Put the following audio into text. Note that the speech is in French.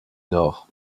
nord